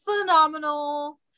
phenomenal